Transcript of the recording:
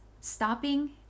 Stopping